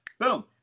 Boom